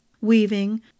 weaving